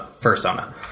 persona